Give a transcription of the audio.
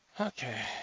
Okay